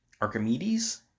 Archimedes